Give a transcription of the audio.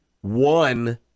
one